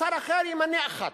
ושר אחר ימנה אחת?